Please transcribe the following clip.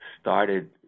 started